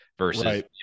Versus